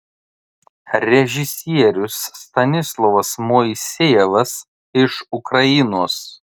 režisierius stanislovas moisejevas iš ukrainos